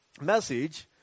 message